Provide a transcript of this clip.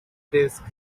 desk